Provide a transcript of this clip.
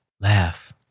laugh